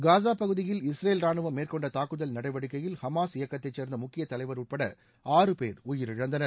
காசா பகுதியில் இஸ்ரேல் ராணுவம் மேற்கொண்ட தாக்குதல் நடவடிக்கையில் ஹமாஸ் இயக்கத்தைச் சேர்ந்த முக்கிய தலைவர் உட்பட ஆறு பேர் உயிரிழந்தனர்